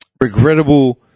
regrettable